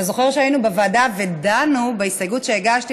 אתה זוכר שהיינו בוועדה ודנו בהסתייגות שהגשתי?